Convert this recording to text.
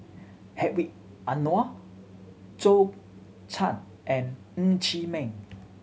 Hedwig Anuar Zhou Can and Ng Chee Meng